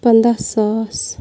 پَنٛداہ ساس